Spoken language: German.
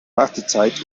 wartezeit